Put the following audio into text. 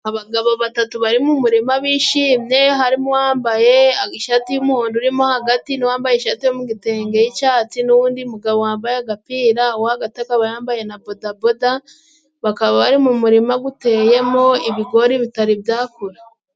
Abagabo batatu bari mu murima bishimye, harimo uwambaye ishati y'umuhondo urimo hagati, n'uwambaye ishati yo mu gitenge y'icatsi, n'uwundi mugabo wambaye agapira uwo hagati akaba yambaye na bodaboda, bakaba bari mu murima guteyemo ibigori bitari byakura.